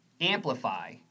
Amplify